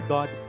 God